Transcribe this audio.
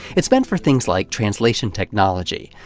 it's meant for things like translation technology,